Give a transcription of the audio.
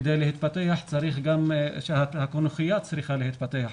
כדי להתפתח גם הקונכייה צריכה להתפתח.